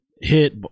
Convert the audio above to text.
hit